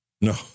No